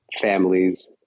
families